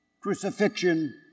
Crucifixion